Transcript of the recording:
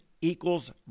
equals